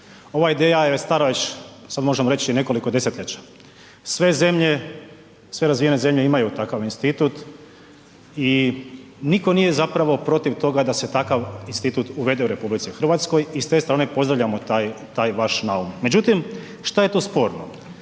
ova ideja je stara već sad možemo reći i nekoliko desetljeća. Sve razvijene zemlje imaju takav institut i nitko nije zapravo protiv toga da se takav institut uvede u RH i s te strane pozdravljamo taj, taj vaš naum. Međutim, šta je tu sporno?